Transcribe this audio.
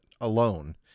alone